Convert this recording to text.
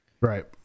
Right